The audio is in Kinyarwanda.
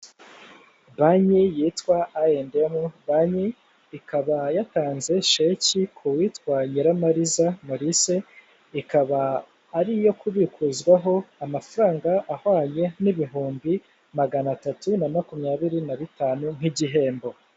Banki yitwa I and M bank ikaba yatanze cheque ku witwa Nyiramariza Maurice ikaba ari iyo kubikuzwaho amafarangwa ahwanye n'u ibihumbi magana atatu na makumyabiri nabitanu nk'igihembo.